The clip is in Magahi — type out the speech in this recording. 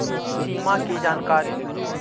सिमा कि जानकारी?